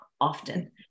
often